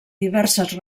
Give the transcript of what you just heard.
diverses